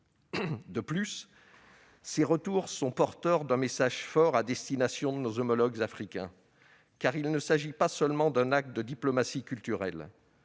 De plus, ces retours sont porteurs d'un message fort à destination de nos homologues africains. Il ne s'agit pas seulement d'un acte de diplomatie culturelle.